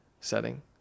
setting